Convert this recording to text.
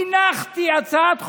הנחתי הצעת חוק,